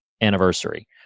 anniversary